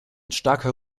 starker